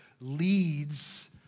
leads